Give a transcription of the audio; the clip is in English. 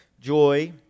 joy